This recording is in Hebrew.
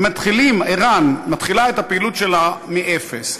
ער"ן מתחילה את הפעילות שלה מאפס,